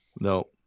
No